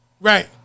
Right